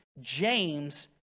James